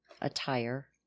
attire